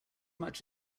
much